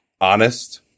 honest